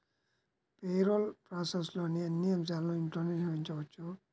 payroll ప్రాసెస్లోని అన్ని అంశాలను ఇంట్లోనే నిర్వహించవచ్చు